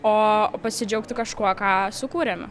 o pasidžiaugti kažkuo ką sukūrėm